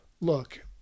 look